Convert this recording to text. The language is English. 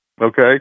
okay